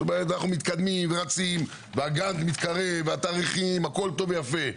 אנחנו מתקדמים ורצים, הגאנט מתקרב והכול טוב ויפה.